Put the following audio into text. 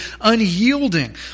unyielding